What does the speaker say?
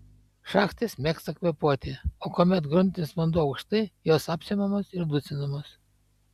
šaknys mėgsta kvėpuoti o kuomet gruntinis vanduo aukštai jos apsemiamos ir dusinamos